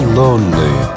lonely